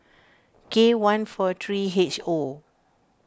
K one four three H O